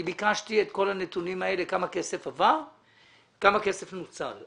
אני ביקשתי את כל הנתונים לגבי כמה כסף עבר וכמה כסף נוצל.